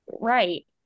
right